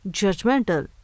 judgmental